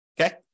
Okay